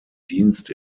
dienst